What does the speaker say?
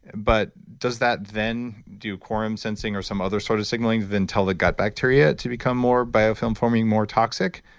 but does that then do quorum sensing or some other sort of signaling then tell the gut bacteria to become more biofilm forming more toxic?